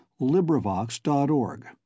LibriVox.org